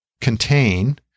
contain